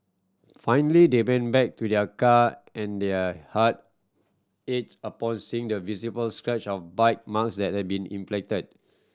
finally they went back to their car and their heart ached upon seeing the visible scratch of bite marks that had been inflicted